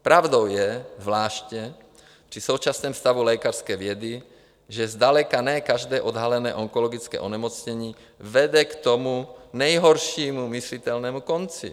Pravdou je zvláště při současném stavu lékařské vědy, že zdaleka ne každé odhalené onkologické onemocnění vede k tomu nejhoršímu myslitelnému konci.